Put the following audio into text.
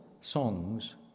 songs